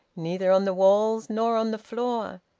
neither on the walls nor on the floor.